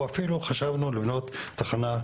ואפילו חשבנו לבנות תחנה,